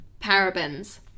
parabens